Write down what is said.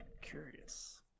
Curious